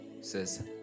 Says